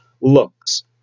looks